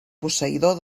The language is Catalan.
posseïdor